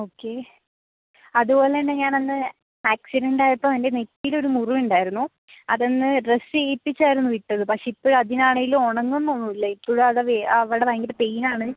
okay അതുപോലതന്നെ ഞാനന്ന് accident ആയപ്പോൾ എൻ്റെ നെറ്റീയിലൊരു മുറിവുണ്ടാരുന്നു അതന്ന് ഡ്രസ്സ് ചെയ്യിപ്പിച്ചായിരുന്നു വിട്ടത് പക്ഷെ ഇപ്പഴും അതിനാണേലും ഉണങ്ങുന്നൊന്നുമില്ല ഇപ്പഴും അവിടെ വേ അവിടെ ഭയങ്കര പെയ്നാണ്